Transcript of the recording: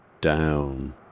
Down